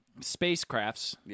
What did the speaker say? spacecrafts